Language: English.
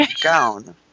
gown